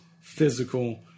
physical